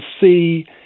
see